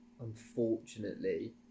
unfortunately